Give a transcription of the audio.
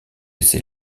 ses